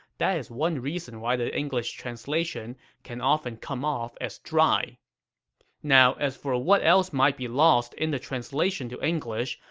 that is one reason why the english translation can often come off as dry now, as for what else might be lost in the translation to english,